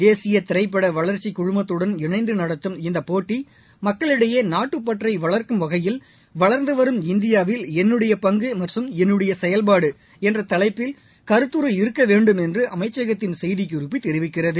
தேசிய திரைப்பட வளர்ச்சி குழுமத்துடன் இணைந்து நடத்தும் இந்த போட்டி மக்களிடடயே நாட்டுப்பற்றை வளர்க்கும் வகையில் வளர்ந்து வரும் இந்தியாவில் என்னுடைய பங்கு மற்றும் என்னுடைய செயல்பாடு என்ற தலைப்பில் கருத்துரு இருக்க வேண்டுமென்று அமைச்சகத்தின் செய்திக்குறிப்பு தெரிவிக்கிறது